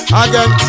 again